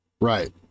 Right